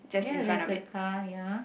ya there's a car ya